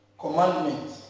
commandments